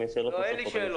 לא, אין לי שאלות.